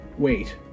Wait